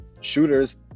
Shooters